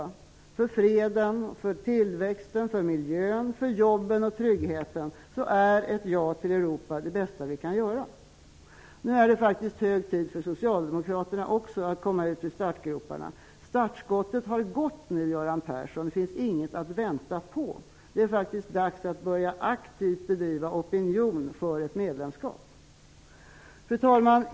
Det bästa vi kan göra för freden, för tillväxten, för miljön, för jobben och tryggheten är att säga ja till Europa. Nu är det hög tid för Socialdemokraterna att komma ur startgroparna. Startskottet har gått, Göran Persson. Det finns inget att vänta på. Det är dags att aktivt börja bedriva opinion för ett medlemskap. Fru talman!